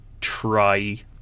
try